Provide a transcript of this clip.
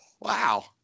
Wow